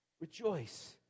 Rejoice